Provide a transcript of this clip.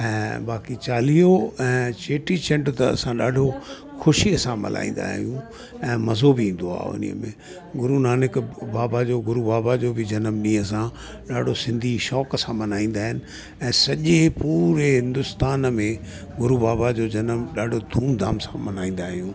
ऐं बाक़ी चालीहो ऐं चेटीचंड त असां ॾाढो ख़ुशीअ सां मल्हाईंदा आहियूं ऐं मज़ो बि ईंदो आहे उन में गुरुनानक बाबा जो गुरु बाबा जो बि जनम ॾी असां ॾाढो सिंधी शौक़ सां मल्हाईंदा आहिनि ऐं सॼे पूरे हिंदुस्तान में गुरु बाबा जो जनम ॾाढो धूमधाम सां मल्हाईंदा आहियूं